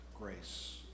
grace